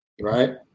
right